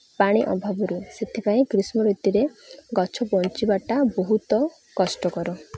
ପାଣି ଅଭାବରୁ ସେଥିପାଇଁ ଗ୍ରୀଷ୍ମ ଋତୁରେ ଗଛ ବଞ୍ଚିବାଟା ବହୁତ କଷ୍ଟକର